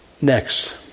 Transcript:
next